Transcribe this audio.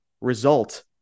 result